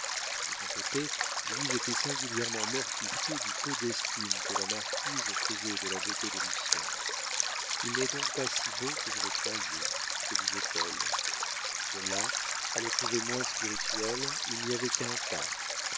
de son côté louise était singulièrement mortifiée du peu d'estime que la marquise faisait de la beauté de lucien il n'est donc pas si beau que je le croyais se disait-elle de là à le trouver moins spirituel il n'y avait qu'un pas